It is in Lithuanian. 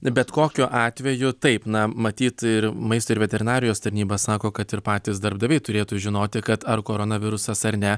bet kokiu atveju taip na matyt ir maisto ir veterinarijos tarnyba sako kad ir patys darbdaviai turėtų žinoti kad ar koronavirusas ar ne